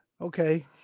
Okay